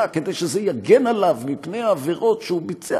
כדי שזה יגן עליו מפני העבירות שהוא ביצע,